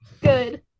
Good